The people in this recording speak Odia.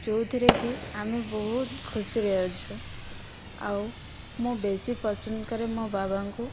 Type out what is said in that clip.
ଯୋଉଥିରେ କି ଆମେ ବହୁତ ଖୁସିରେ ଅଛୁ ଆଉ ମୁଁ ବେଶୀ ପସନ୍ଦ କରେ ମୋ ବାବାଙ୍କୁ